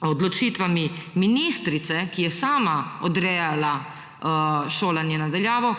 odločitvami ministrica, ki je sama odrejala šolanje na daljavo,